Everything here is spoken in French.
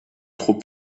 trop